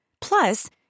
Plus